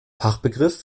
fachbegriff